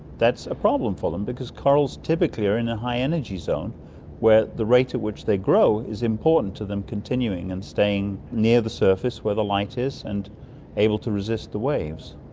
that's a problem for them because corals typically are in a high energy zone where the rate at which they grow is important to them continuing and staying near the surface where the light is and able to resist the waves.